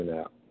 out